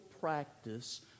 practice